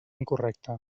incorrecta